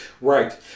Right